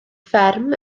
fferm